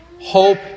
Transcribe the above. hope